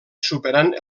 superant